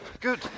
Good